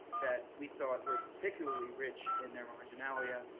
that we thought were particularly rich in their marginalia.